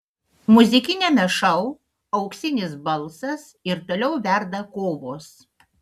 muzikiniame šou auksinis balsas ir toliau verda kovos